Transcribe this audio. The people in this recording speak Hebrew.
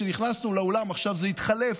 כשנכנסו לאולם עכשיו, זה התחלף.